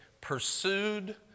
Pursued